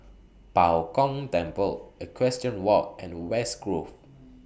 Bao Gong Temple Equestrian Walk and West Grove